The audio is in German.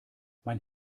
mein